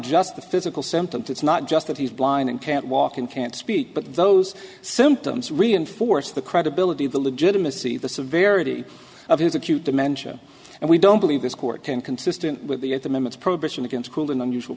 just the physical symptoms it's not just that he's blind and can't walk and can't speak but those symptoms reinforce the credibility of the legitimacy the severity of his acute dementia and we don't believe this court ten consistent with the estimates prohibition against cruel and unusual